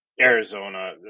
Arizona